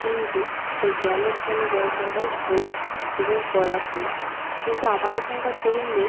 কিন্তু সেই জ্ঞানের জন্য দরকার হয় বই এবং পড়াশুনো কিন্তু আমার এইখানকার তরুণদের